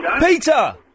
Peter